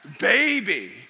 baby